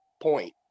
point